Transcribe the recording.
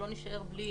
שלא נישאר בלי